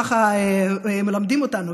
ככה מלמדים אותנו,